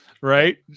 right